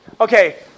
Okay